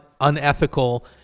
unethical